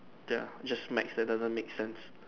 they're just math that doesn't make sense